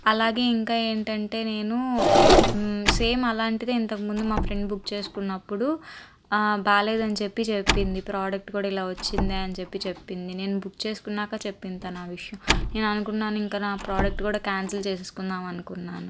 అలాగే ఇంకా ఏంటంటే నేను సేమ్ అలాంటిది ఇంతక ముందు మా ఫ్రెండ్ బుక్ చేసుకున్నప్పుడు బాగలేదని చెప్పి చెప్పింది ప్రోడక్ట్ కూడా ఇలా వచ్చింది అని చెప్పి చెప్పింది నేను బుక్ చేసుకున్నాక చెప్పింది తను ఆ విషయం నేను అనుకున్నాను ఇంక నా ప్రోడక్ట్ కూడా క్యాన్సిల్ చేసుకుందాం అనుకున్నాను